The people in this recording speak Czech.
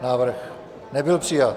Návrh nebyl přijat.